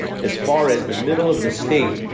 as far as the middle of the state,